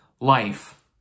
life